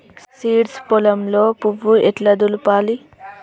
Seeds పొలంలో పువ్వు ఎట్లా దులపాలి?